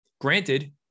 Granted